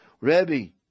Rebbe